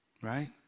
right